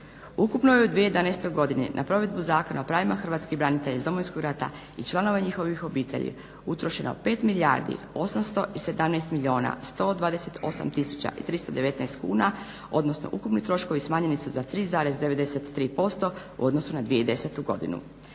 Ukupno je u 2011. godini na provedbi Zakona o pravima hrvatskih branitelja iz Domovinskog rata i članova njihovih obitelji utrošeno 5 milijardi 817 milijuna 128 tisuća i 319 kuna, odnosno ukupni troškovi smanjeni su za 3,93% u odnosu na 2010. godinu.